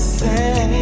say